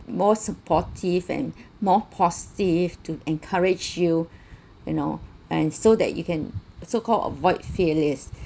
more supportive and more positive to encourage you you know and so that you can so called avoid failures